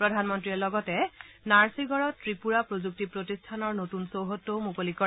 প্ৰধানমন্ত্ৰীয়ে লগতে নাৰ্ছিগড়ত ত্ৰিপুৰা প্ৰযুক্তি প্ৰতিষ্ঠানৰ নতুন চৌহদটোও মুকলি কৰে